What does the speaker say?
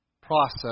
process